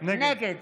נגד